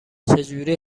چجوری